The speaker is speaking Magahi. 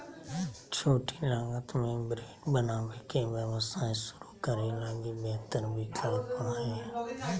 छोटी लागत में ब्रेड बनावे के व्यवसाय शुरू करे लगी बेहतर विकल्प हइ